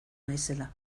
naizela